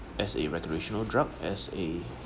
as a recreational drug as a